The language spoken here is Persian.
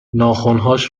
ناخنهاش